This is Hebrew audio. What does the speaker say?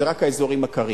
זה רק באזורים הקרים: